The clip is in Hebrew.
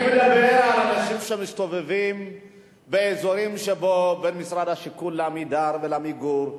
אני מדבר על אנשים שמסתובבים בין משרד השיכון ל"עמידר" ול"עמיגור",